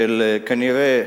כנראה,